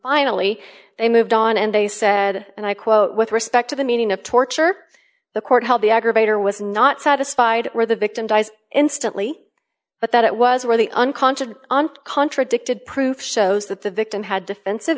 finally they moved on and they said and i quote with respect to the meaning of torture the court held the aggravator was not satisfied where the victim dies instantly but that was where the unconscious contradicted proof shows that the victim had defensive